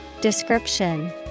Description